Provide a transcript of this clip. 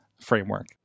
framework